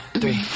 three